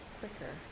quicker